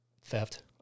theft